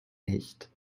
nicht